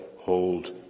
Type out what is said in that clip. hold